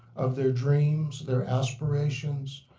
of their dreams, their aspirations,